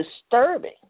disturbing